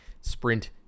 sprint